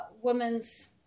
women's